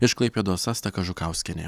iš klaipėdos asta kažukauskienė